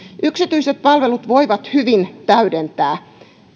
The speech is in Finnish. yksityiset palvelut voivat hyvin täydentää